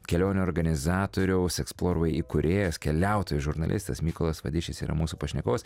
kelionių organizatoriaus eksplorvay įkūrėjas keliautojas žurnalistas mykolas vadišis yra mūsų pašnekovas